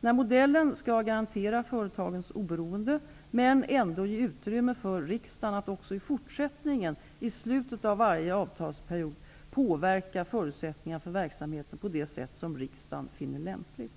Denna modell skall garantera företagens oberoende men ändå ge utrymme för riksdagen att också i forsättningen, i slutet av varje avtalsperiod, påverka förutsättningarna för verksamheten på det sätt riksdagen finner lämpligt.